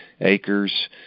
acres